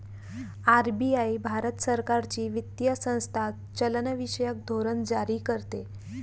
RBI Bharat सरकारची वित्तीय संस्था चलनविषयक धोरण जारी करते